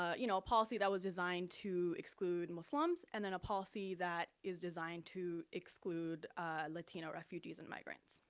ah you know, policy that was designed to exclude muslims and then, a policy that is designed to exclude latino refugees and migrants.